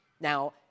Now